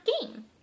game